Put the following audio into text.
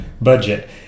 budget